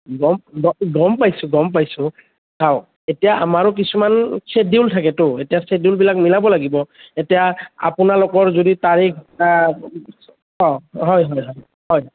গম গম গম পাইছোঁ গম পাইছোঁ চাওক এতিয়া আমাৰো কিছুমান ছেদুইল থাকেতো এতিয়া ছেদুইল বিলাক মিলাব লাগিব এতিয়া আপোনালোকৰ যদি তাৰিখ বা হয় হয় হয়